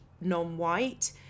non-white